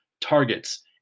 targets